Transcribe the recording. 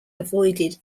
avoided